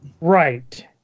right